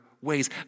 ways